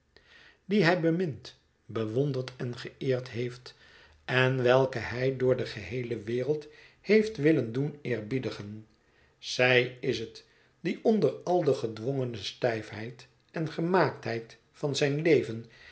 die hij bemind bewonderd en geëerd heeft en welke hij door de geheele wereld heeft willen doen eerbiedigen zij is het die onder al de gedwongene stijfheid en gemaaktheid van zijn leven